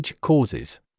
causes